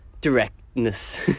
directness